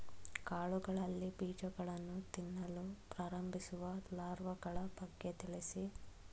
ಕಾಳುಗಳಲ್ಲಿ ಬೀಜಗಳನ್ನು ತಿನ್ನಲು ಪ್ರಾರಂಭಿಸುವ ಲಾರ್ವಗಳ ಬಗ್ಗೆ ತಿಳಿಸಿ?